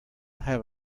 have